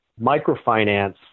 microfinance